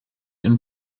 ihren